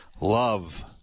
Love